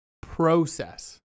process